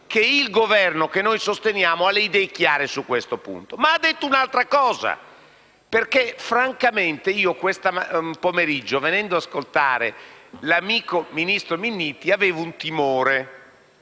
che il Governo che sosteniamo ha le idee chiare su questo punto. Il Ministro ha detto anche un'altra cosa. Francamente questo pomeriggio, venendo ad ascoltare l'amico ministro Minniti, avevo un timore.